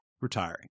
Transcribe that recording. retiring